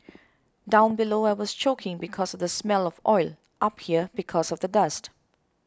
down below I was choking because the smell of oil up here because of the dust